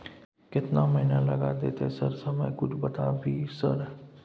केतना महीना लग देतै सर समय कुछ बता भी सर?